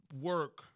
work